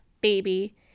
baby